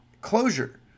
closure